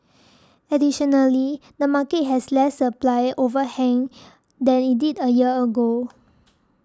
additionally the market has less supply overhang than it did a year ago